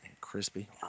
crispy